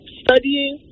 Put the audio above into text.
studying